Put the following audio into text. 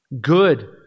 good